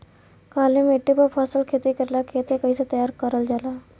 काली मिट्टी पर फसल खेती करेला खेत के कइसे तैयार करल जाला?